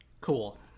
cool